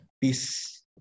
Peace